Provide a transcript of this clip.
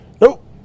Nope